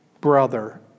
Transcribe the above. brother